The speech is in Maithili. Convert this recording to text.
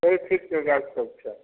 कइ चीजके गाछ सब छै